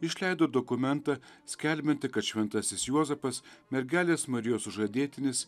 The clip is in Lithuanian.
išleido dokumentą skelbiantį kad šventasis juozapas mergelės marijos sužadėtinis